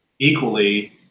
equally